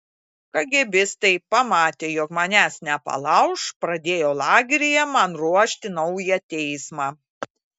kagėbistai pamatę jog manęs nepalauš pradėjo lageryje man ruošti naują teismą